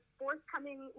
forthcoming